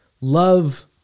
Love